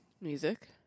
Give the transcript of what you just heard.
Music